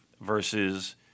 versus